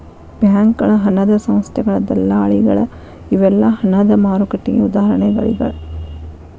ಬ್ಯಾಂಕಗಳ ಹಣದ ಸಂಸ್ಥೆಗಳ ದಲ್ಲಾಳಿಗಳ ಇವೆಲ್ಲಾ ಹಣದ ಮಾರುಕಟ್ಟೆಗೆ ಉದಾಹರಣಿಗಳ